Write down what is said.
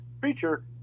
creature